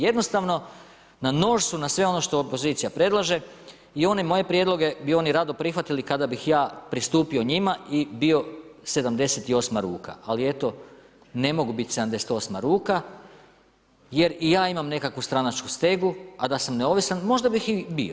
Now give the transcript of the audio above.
Jednostavno na nož su na sve ono što opozicija predlaže i oni moje prijedloge bi oni rado prihvatili kada bih ja pristupio njima i bio 78 ruka, ali eto ne mogu biti 78. ruka jer i ja imam nekakvu stranačku stegu, a da sam neovisan možda bih i bio.